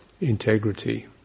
integrity